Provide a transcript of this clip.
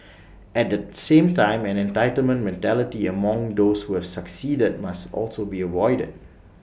at the same time an entitlement mentality among those who have succeeded must also be avoided